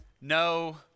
no